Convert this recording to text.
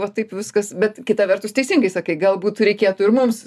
va taip viskas bet kita vertus teisingai sakai galbūt reikėtų ir mums